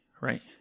right